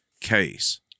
case